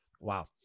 Wow